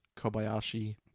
Kobayashi